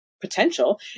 potential